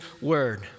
word